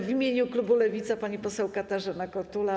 W imieniu klubu Lewica pani poseł Katarzyna Kotula.